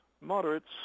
moderates